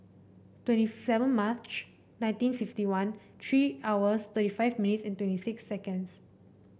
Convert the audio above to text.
twenty seven March nineteen fifty one three hours thirty five minutes and twenty six seconds